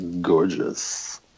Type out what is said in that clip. gorgeous